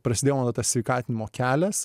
prasidėjo mano tas sveikatinimo kelias